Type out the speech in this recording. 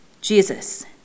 Jesus